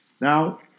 Now